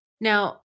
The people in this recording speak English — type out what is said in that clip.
Now